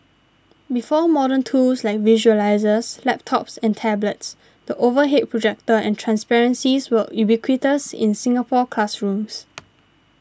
before modern tools like visualisers laptops and tablets the overhead projector and transparencies were ubiquitous in Singapore classrooms